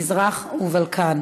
מזרח והבלקן